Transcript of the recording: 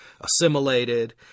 assimilated